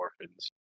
orphans